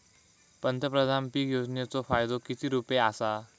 पंतप्रधान पीक योजनेचो फायदो किती रुपये आसा?